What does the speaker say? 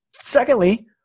Secondly